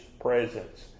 presence